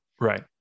right